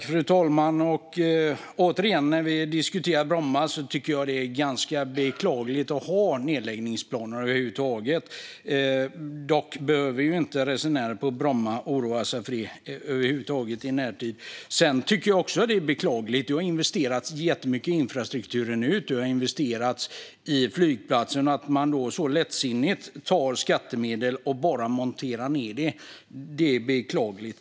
Fru talman! Återigen tycker jag, när vi nu diskuterar Bromma, att det är ganska beklagligt att man över huvud taget har nedläggningsplaner. Dock behöver inte resenärer på Bromma oroa sig för det i närtid. Men det har investerats jättemycket i infrastrukturen och i flygplatsen, och att man så lättsinnigt tar skattemedel och bara monterar ned det är beklagligt.